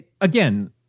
again